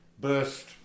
burst